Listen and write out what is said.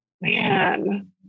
Man